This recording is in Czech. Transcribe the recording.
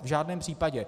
V žádném případě.